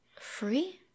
free